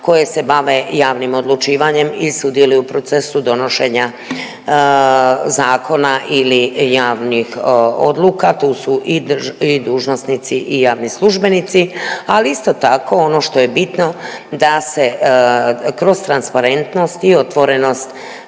koje se bave javnim odlučivanjem i sudjeluju u procesu donošenja zakona ili javnih odluka. Tu su i dužnosnici i javni službenici, ali isto tako ono što je bitno da se kroz transparentnost i otvorenost